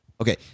Okay